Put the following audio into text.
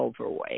overweight